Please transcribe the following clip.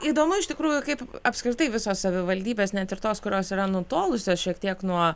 įdomu iš tikrųjų kaip apskritai visos savivaldybės net ir tos kurios yra nutolusios šiek tiek nuo